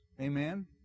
Amen